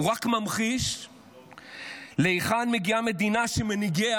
הוא רק ממחיש להיכן מגיעה מדינה שמנהיגיה